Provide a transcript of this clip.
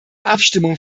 abstimmung